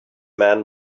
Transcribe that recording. man